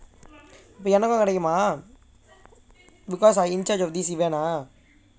அப்போ எனக்கு கிடைக்குமா:appo enakku kidaikkumaa because I in charge of this event lah